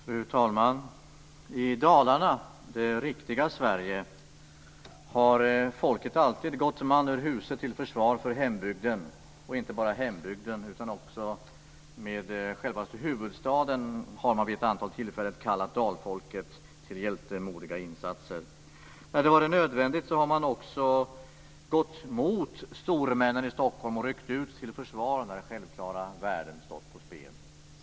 Fru talman! I Dalarna, det riktiga Sverige, har folket alltid gått man ur huse till försvar för hembygden. Och det har inte bara gällt hembygden. Också i självaste huvudstaden har man vid ett antal tillfällen kallat dalfolket till hjältemodiga insatser. När det har varit nödvändigt har man också gått emot stormännen i Stockholm och ryckt ut till försvar när självklara värden stått på spel.